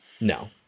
No